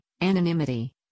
anonymity